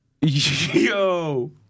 Yo